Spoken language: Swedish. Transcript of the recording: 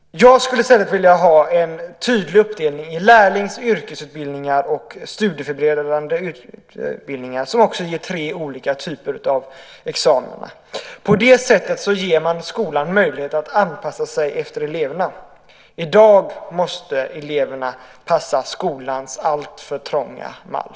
Jag skulle i stället vilja ha en tydlig uppdelning i lärlings och yrkesutbildningar och studieförberedande utbildningar som också ger tre olika typer av examina. På det sättet ger man skolan möjlighet att anpassa sig efter eleverna. I dag måste eleverna passa skolans alltför trånga mall.